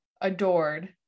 adored